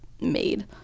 made